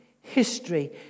history